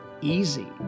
easy